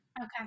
okay